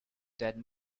that